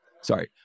sorry